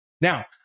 Now